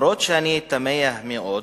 אבל אני תמה מאוד,